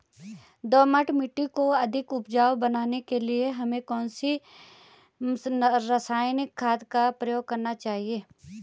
दोमट मिट्टी को अधिक उपजाऊ बनाने के लिए हमें कौन सी रासायनिक खाद का प्रयोग करना चाहिए?